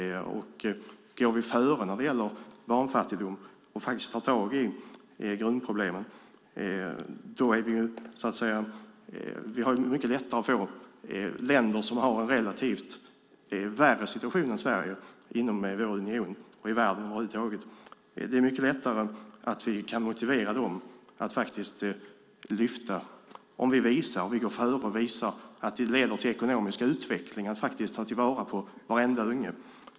Går vi före när det gäller barnfattigdom och tar tag i grundproblemen, om vi går före och visar att det leder till ekonomisk utveckling att ta vara på varenda unge har vi lättare att motivera länder som har en relativt sett värre situation än Sverige inom vår union och i världen över huvud taget att lyfta frågan.